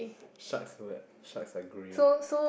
sharks were sharks are grey